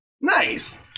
Nice